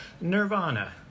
Nirvana